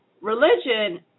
Religion